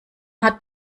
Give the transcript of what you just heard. hat